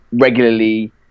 regularly